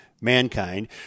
mankind